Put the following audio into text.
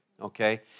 okay